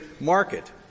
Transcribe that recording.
market